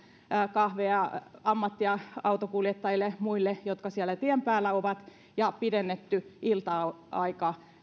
kahvia ammattiautonkuljettajille ja muille jotka siellä tien päällä ovat ja pidennetty ilta aika